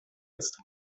ist